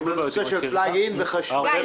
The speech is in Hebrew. עם הנושא של רכבים פלאג-אין וחשמליים.